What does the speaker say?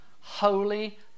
holy